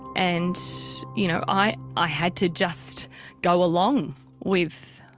and you know i i had to just go along with